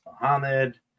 Muhammad